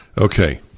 Okay